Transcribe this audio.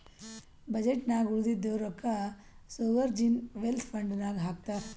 budget ನಾಗ್ ಉಳದಿದ್ದು ರೊಕ್ಕಾ ಸೋವರ್ಜೀನ್ ವೆಲ್ತ್ ಫಂಡ್ ನಾಗ್ ಹಾಕ್ತಾರ್